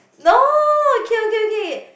no okay okay okay